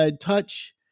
touch